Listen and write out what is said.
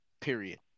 Period